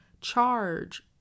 charge